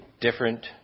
different